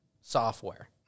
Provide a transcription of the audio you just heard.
software